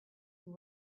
who